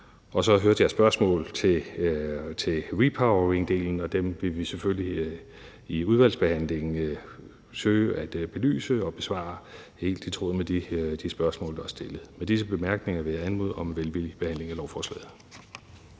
Så hørte jeg spørgsmål om repoweringdelen, og dem vil vi selvfølgelig i udvalgsbehandlingen søge at belyse og besvare helt i tråd med de spørgsmål, der er stillet. Med disse bemærkninger vil jeg anmode om velvillig behandling af lovforslaget.